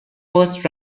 first